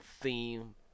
theme